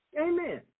Amen